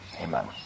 Amen